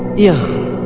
yeah,